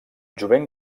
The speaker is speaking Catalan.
jovent